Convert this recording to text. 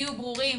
יהיו ברורים